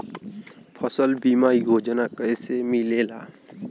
फसल बीमा योजना कैसे मिलेला?